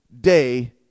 day